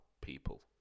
people